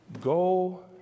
Go